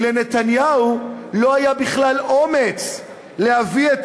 כי לנתניהו לא היה בכלל אומץ להביא את